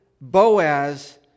Boaz